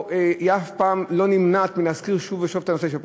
היא אף פעם לא נמנעת מלהזכיר שוב ושוב את הנושא של פולארד,